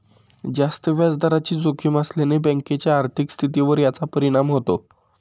जास्त व्याजदराची जोखीम असल्याने बँकेच्या आर्थिक स्थितीवर याचा परिणाम होतो